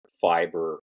fiber